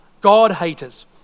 God-haters